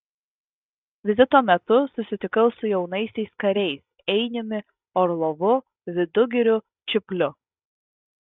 vizito metu susitikau su jaunaisiais kariais einiumi orlovu vidugiriu čiupliu